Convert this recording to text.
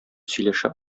сөйләшә